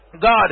God